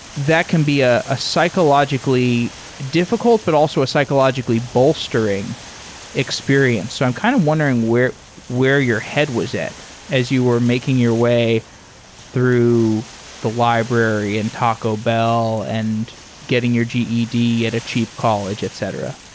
that can be ah ah psychologically difficult, but also a psychologically bolster ing experience. so i'm kind of wondering where where your head was at as you were making your way through the library and taco bell and getting your ged at a cheap college, etc.